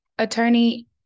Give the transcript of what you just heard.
Attorney